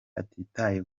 atitaye